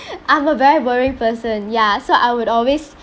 I'm a very worrying person ya so I would always